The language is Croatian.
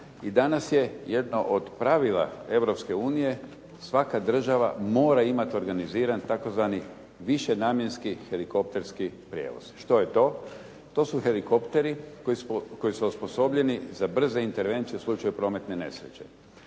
i danas je jedno od pravila Europske unije, svaka država mora imati organiziran tzv. višenamjenski helikopterski prijevoz. Što je to? To su helikopteri koji su osposobljeni za brze intervencije u slučaju prometne nesreće.